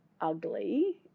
ugly